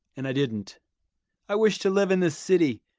and i didn't i wished to live in the city,